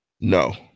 No